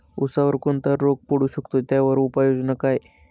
ऊसावर कोणता रोग पडू शकतो, त्यावर उपाययोजना काय?